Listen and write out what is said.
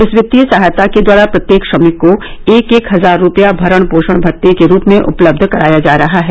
इस वित्तीय सहायता के द्वारा प्रत्येक श्रमिक को एक एक हजार रुपया भरण पोषण भत्ते के रूप में उपलब्ध कराया जा रहा है